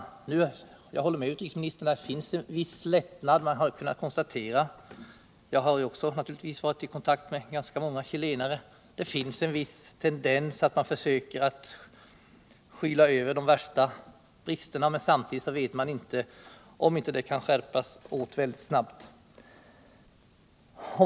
Jag håller med utrikesministern om att det blivit en viss lättnad när det gäller förhållandena i Chile. Även jag har naturligtvis varit i kontakt med ganska många chilenare, och jag har kunnat konstatera att det finns en viss tendens till att man i Chile försöker råda bot på de värsta bristerna, men samtidigt vet man inte om förhållandena åter kommer att skärpas väldigt snabbt.